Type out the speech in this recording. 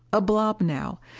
a blob now.